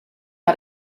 not